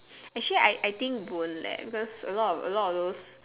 actually I I think don't let cause a lot a lot of those